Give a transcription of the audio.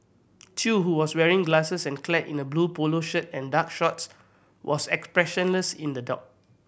chew who was wearing glasses and clad in a blue polo shirt and dark shorts was expressionless in the dock